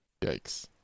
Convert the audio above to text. Yikes